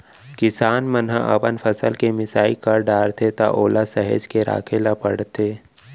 किसान मन ह अपन फसल के मिसाई कर डारथे त ओला सहेज के राखे ल परथे